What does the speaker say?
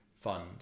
fund